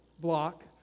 block